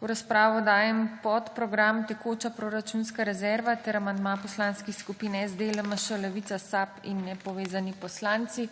V razpravo dajem podprogram Tekoča proračunska rezerva ter amandma poslanskih skupin SD, LMŠ, Levica, SAB in nepovezani poslanci.